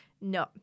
No